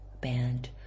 Band